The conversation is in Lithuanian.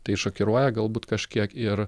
tai šokiruoja galbūt kažkiek ir